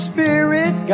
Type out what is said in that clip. Spirit